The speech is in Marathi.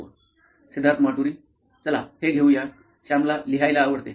सिद्धार्थ माटुरी मुख्य कार्यकारी अधिकारी नॉइन इलेक्ट्रॉनिक्स चला हे घेऊया सॅमला लिहायला आवडते